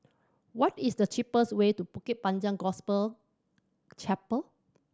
what is the cheapest way to Bukit Panjang Gospel Chapel